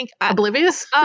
oblivious